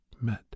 met